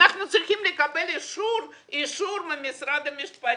אנחנו צריכים לקבל אישור ממשרד המשפטים.